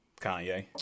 Kanye